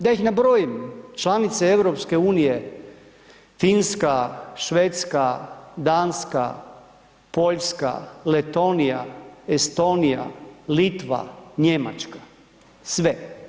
Da ih nabrojim, članice EU Finska, Švedska, Danska, Poljska, Letonija, Estonija, Litva, Njemačka, sve.